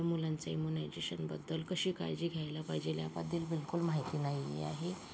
आपल्या मुलांची इंमुनायझेशनबद्दल कशी काळजी घ्यायला पाहिजेल याबद्दल बिलकुल माहिती नाही आहे